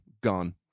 gone